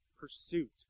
Pursuit